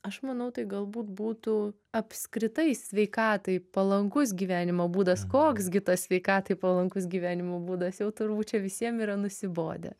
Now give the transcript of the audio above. aš manau tai galbūt būtų apskritai sveikatai palankus gyvenimo būdas koks gi tas sveikatai palankus gyvenimo būdas jau turbūt čia visiem yra nusibodę